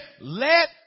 let